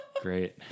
Great